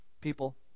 people